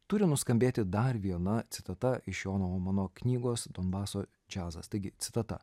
turi nuskambėti dar viena citata iš jono omano knygos donbaso džiazas taigi citata